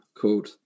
called